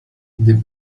des